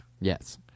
Yes